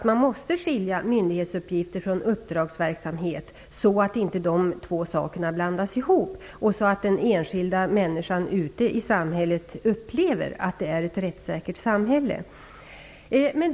Man måste skilja myndighetsuppgifter från uppdragsverksamhet, så att inte dessa två saker blandas ihop och att den enskilda människan ute i samhället kan uppleva att det är ett rättssäkert samhälle.